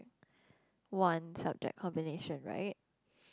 one subject combination right